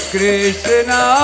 Krishna